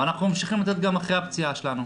ואנחנו ממשיכים לתת גם אחרי הפציעה שלנו.